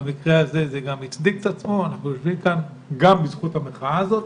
במקרה הזה זה גם הצדיק את עצמו אנחנו יושבים כאן גם בזכות המחאה הזאת